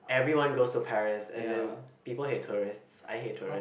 everyone goes to Paris and then people hate tourists I hate tourist